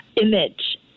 image